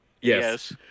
Yes